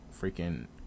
freaking